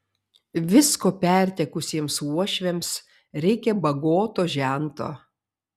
visko pertekusiems uošviams reikia bagoto žento